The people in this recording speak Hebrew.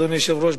אדוני היושב-ראש,